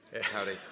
Howdy